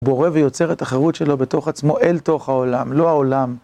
בורא ויוצר את החירות שלו בתוך עצמו אל תוך העולם, לא העולם.